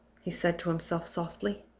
he said to himself softly.